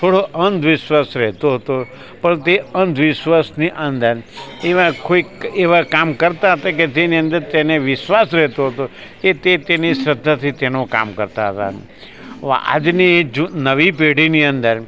થોડો અંધ વિશ્વાસ રહેતો હતો પણ તે અંધ વિશ્વાસની અંદર એવાં કોઈક એવાં કામ કરતાં હતાં કે તેની અંદર તેને વિશ્વાસ રહેતો હતો કે તે તેની શ્રદ્ધાથી તેનું કામ કરતાં હતાં આજની નવી પેઢીની અંદર